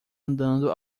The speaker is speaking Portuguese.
andando